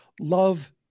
Love